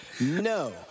No